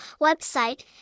website